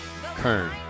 Kern